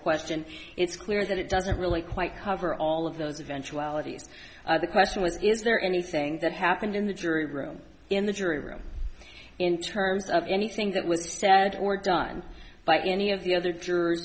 question it's clear that it doesn't really quite cover all of those eventualities the question was is there anything that happened in the jury room in the jury room in terms of anything that was said or done by any of the other jur